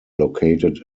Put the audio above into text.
located